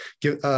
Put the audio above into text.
Give